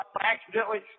accidentally